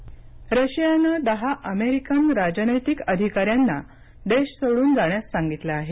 America Russia रशियाने दहा American राजनैतिक अधिकाऱ्यांना देश सोडून जाण्यास सांगितलं आहे